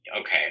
okay